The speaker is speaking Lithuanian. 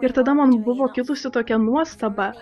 ir tada man buvo kilusi tokia nuostaba